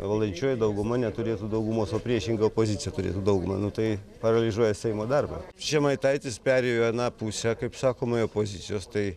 valdančioji dauguma neturėtų daugumos o priešingai opozicija turėtų daugumą nu tai paralyžiuoja seimo darbą žemaitaitis perėjo į aną pusę kaip sakoma į opozicijos tai